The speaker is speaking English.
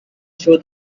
show